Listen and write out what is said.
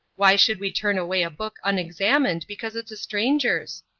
why should we turn away a book unexamined because it's a stranger's?